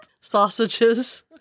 sausages